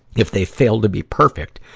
if they fail to be perfect,